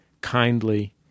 kindly